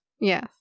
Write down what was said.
Yes